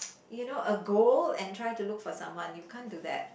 you know a goal and try to look for someone you can't do that